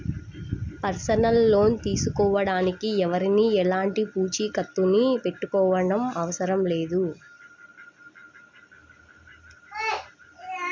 personal loan తీసుకోడానికి ఎవరికీ ఎలాంటి పూచీకత్తుని పెట్టనవసరం లేదు